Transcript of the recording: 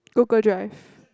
Google Drive